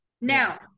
Now